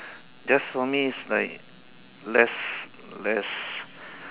just for me is like less less